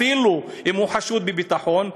אפילו אם הוא חשוד בעבירת ביטחון,